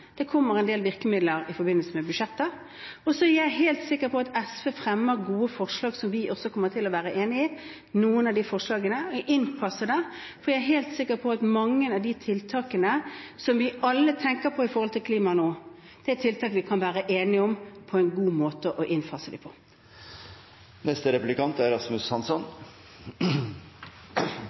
jeg helt sikker på at SV fremmer gode forslag. Noen av disse forslagene kommer vi også til å være enig i og fase inn. Jeg er helt sikker på at mange av de tiltakene som vi alle nå tenker på i forbindelse med klima, er tiltak vi kan være enige om å finne en god måte å fase inn på.